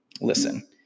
listen